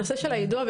בנושא של היידוע,